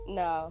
no